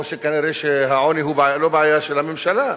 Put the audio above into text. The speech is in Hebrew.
או שכנראה העוני הוא לא בעיה של הממשלה.